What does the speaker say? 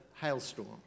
hailstorm